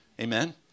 Amen